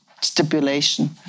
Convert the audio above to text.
stipulation